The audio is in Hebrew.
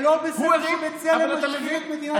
זה לא בסדר שבצלם משחיר את מדינת ישראל?